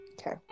Okay